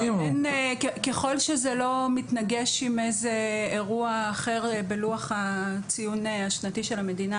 ככל שזה לא מתנגש עם איזה אירוע אחר בלוח הציון השנתי של המדינה,